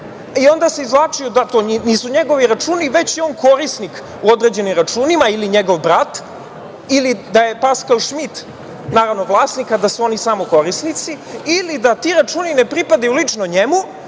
i onda se izvlačio da to nisu njegovi računi, već je on korisnik određenih računa, ili njegov brat, ili da je Paskal Šmit naravno vlasnik, a da su oni samo korisnici, ili da ti računi ne pripadaju lično njemu,